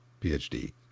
PhD